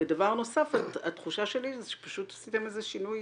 דבר נוסף, התחושה שלי היא שפשוט עשיתם איזה שינוי